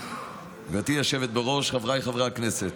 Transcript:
גברתי היושבת-ראש, חבריי חברי הכנסת,